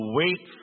wait